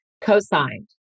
co-signed